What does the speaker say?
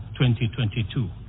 2022